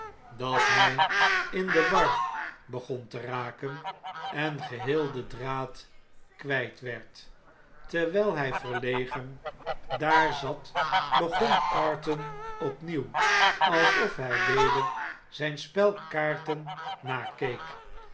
dat hij in de war begon te raken en geheel den draad kwijt werd terwijl hij verlegen daar zat begon carton opnieuw alsof hij weder zijn spel kaarten hakeek